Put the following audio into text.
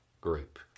group